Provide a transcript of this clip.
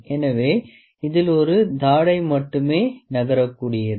எனவே இதில் ஒரு தாடை மட்டுமே நகரக்கூடியது